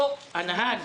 פה הנהג